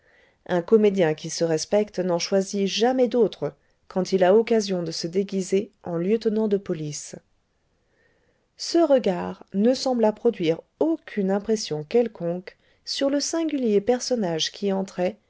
un comédien qui se respecte n'en choisit jamais d'autre quand il a occasion de se déguiser en lieutenant de police ce regard ne sembla produire aucune impression quelconque sur le singulier personnage qui entrait